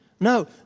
No